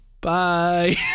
Bye